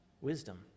wisdom